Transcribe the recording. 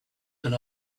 and